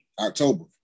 October